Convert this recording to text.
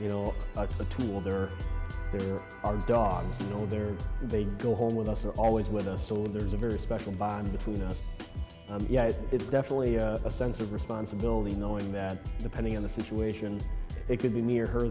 you know the two where there are dogs you know there they go home with us are always with us still there's a very special bond between us yeah it's definitely a sense of responsibility knowing that depending on the situation it could be near her